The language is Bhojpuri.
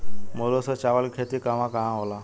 मूल रूप से चावल के खेती कहवा कहा होला?